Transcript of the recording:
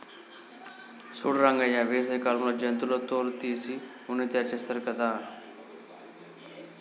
సూడు రంగయ్య వేసవి కాలంలో జంతువుల తోలు తీసి ఉన్ని తయారుచేస్తారు గాదు